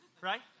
right